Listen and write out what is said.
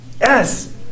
Yes